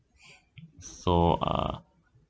so uh